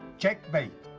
checkmate.